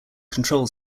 control